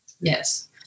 Yes